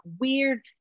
weird